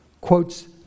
quotes